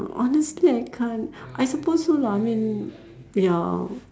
honestly I can't I supposed so lah I mean ya